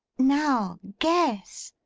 now guess